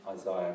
Isaiah